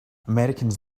americans